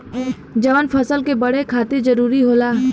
जवन फसल क बड़े खातिर जरूरी होला